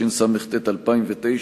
התשס"ח 2009,